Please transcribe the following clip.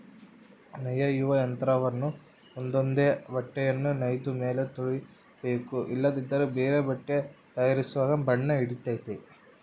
ನೇಯುವ ಯಂತ್ರವನ್ನ ಒಂದೊಂದೇ ಬಟ್ಟೆಯನ್ನು ನೇಯ್ದ ಮೇಲೆ ತೊಳಿಬೇಕು ಇಲ್ಲದಿದ್ದರೆ ಬೇರೆ ಬಟ್ಟೆ ತಯಾರಿಸುವಾಗ ಬಣ್ಣ ಹಿಡಿತತೆ